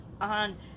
on